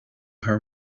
her